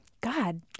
God